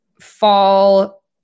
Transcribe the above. fall